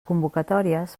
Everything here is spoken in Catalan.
convocatòries